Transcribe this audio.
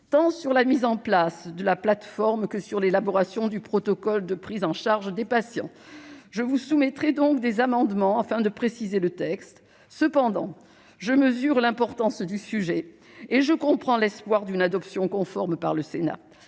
tant sur la mise en place de la plateforme que sur l'élaboration du protocole de prise en charge des patients. Je vous soumettrai donc des amendements, afin de préciser le texte. Cependant, je mesure l'importance du sujet et je comprends l'espoir d'une adoption conforme par le Sénat.